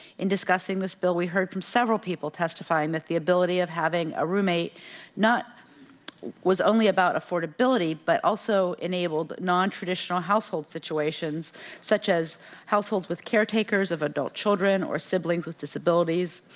in discussing this bill we heard from several people testifying that the ability of having a roommate was only about affordability but also enabled non traditional household situations such as households with caretakers of adult children or siblings with disabilities,